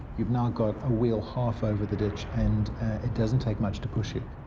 you've now got a wheel half over the ditch and it doesn't take much to push you.